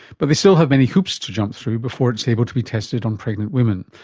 but they still have many hoops to jump through before it's able to be tested on pregnant women.